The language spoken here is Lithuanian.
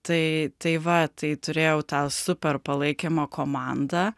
tai tai va tai turėjau tą super palaikymo komandą